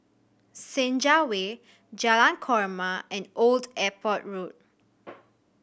Senja Way Jalan Korma and Old Airport Road